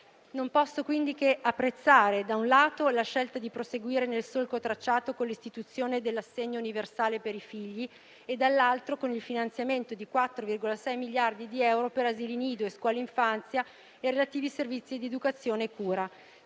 Non posso, quindi, che apprezzare la scelta di proseguire nel solco tracciato, da un lato con l'istituzione dell'assegno universale per i figli e dall'altro con il finanziamento di 4,6 miliardi di euro per asili nido e scuole per l'infanzia e relativi servizi di educazione e cura.